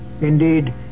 Indeed